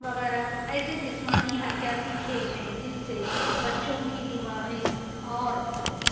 وغیرہ ایسے جسمانی حرکیاتی کھیل ہیں جس سے بچوں کی دماغی اور